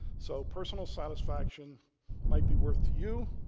so personal satisfaction might be worth to you,